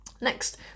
Next